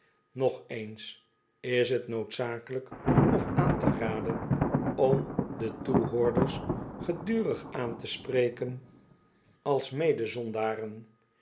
nog eens is t noodzakelijk of aan te raden om de toehoorders gedurig aan te spreken als